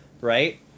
right